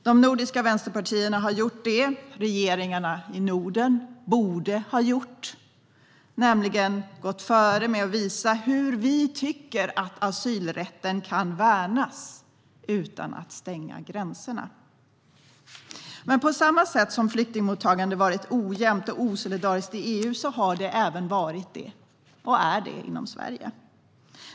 De nordiska vänsterpartierna har gått före och gjort det som regeringarna i Norden borde ha gjort, nämligen visat hur asylrätten kan värnas utan att man stänger gränserna. Men på samma sätt som flyktingmottagandet varit ojämnt och osolidariskt i EU har det även varit det - och är det - inom Sverige.